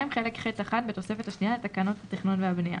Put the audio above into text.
הוראות חלק ח1 בתוספת השנייה לתקנות התכנון והבנייה,"